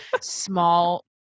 small